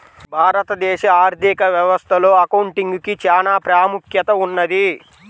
భారతదేశ ఆర్ధిక వ్యవస్థలో అకౌంటింగ్ కి చానా ప్రాముఖ్యత ఉన్నది